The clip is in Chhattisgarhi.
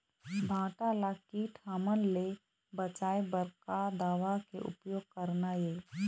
भांटा ला कीट हमन ले बचाए बर का दवा के उपयोग करना ये?